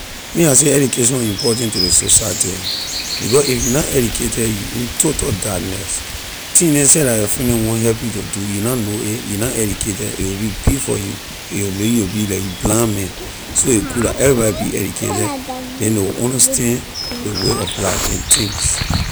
Me I say education important to ley society because if you na educated you in total darkness things neh seh la your friend neh want help you to do you na know a you na educated a will be big for you a make you you will be like you blind man so a good that everybody be educated then ley will understand ley way of life and things.